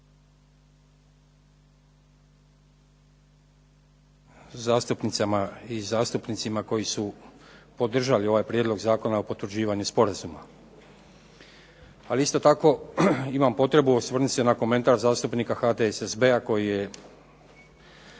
zastupnicama i zastupnicima koji su podržali ovaj prijedlog Zakona o potvrđivanju sporazuma, ali isto tako imam potrebu osvrnuti se na komentar zastupnika HDSSB-a koji je